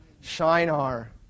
Shinar